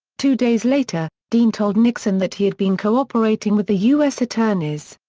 two days later, dean told nixon that he had been cooperating with the u s. attorneys.